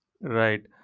Right